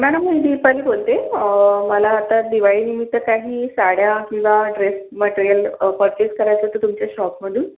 मॅणम मी दिपाली बोलते मला आता दिवाळीनिमित्त काही साड्या किंवा ड्रेस मट्रेयल पर्चेस करायचं होतं तुमच्या शॉपमधून